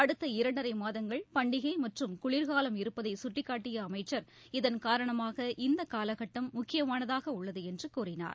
அடுத்த இரண்டரை மாதங்கள் பண்டிகை மற்றும் குளிர்காலம் இருப்பதை சுட்டிக்காட்டிய அமைச்சர் இதன் காரணமாக இந்த காலகட்டம் முக்கியமானதாக உள்ளது என்று கூறினார்